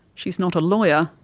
she's not a lawyer,